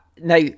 Now